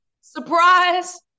surprise